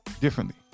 differently